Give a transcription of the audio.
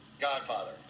Godfather